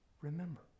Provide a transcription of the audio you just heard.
remember